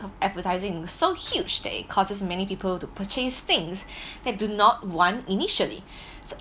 of advertising is so huge that it causes many people to purchase things that do not want initially